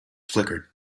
flickered